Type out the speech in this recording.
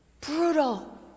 Brutal